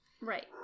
Right